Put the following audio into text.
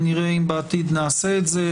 נראה אם בעתיד נעשה את זה,